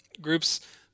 groups